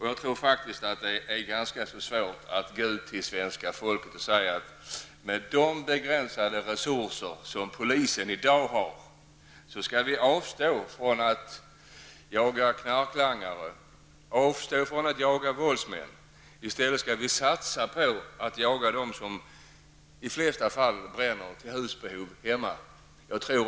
Jag tror faktiskt att det är ganska svårt att gå ut till svenska folket och säga att polisen, med de bristande resurser som man i dag har, skall avstå från att jaga knarklangare och våldsmän och i stället satsa på att jaga dem som i de flesta fall bränner till husbehov hemma.